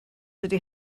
dydy